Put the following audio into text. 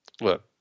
look